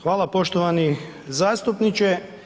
Hvala poštovani zastupniče.